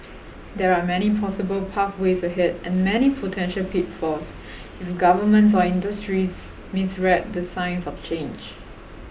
there are many possible pathways ahead and many potential pitfalls if governments or industries misread the signs of change